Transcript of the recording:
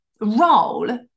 role